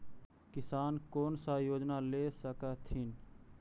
किसान कोन सा योजना ले स कथीन?